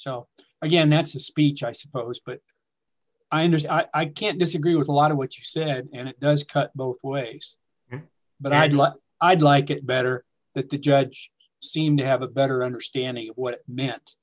so again that's a speech i suppose but i understand i can't disagree with a lot of what you said and it does cut both ways but i'd what i'd like it better that the judge seemed to have a better understanding of what it meant